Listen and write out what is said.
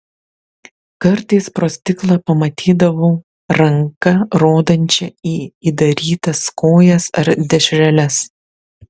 kartais pro stiklą pamatydavau ranką rodančią į įdarytas kojas ar dešreles